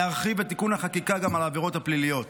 להרחיב את תיקון החקיקה גם על העבירות הפליליות.